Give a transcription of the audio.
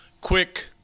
quick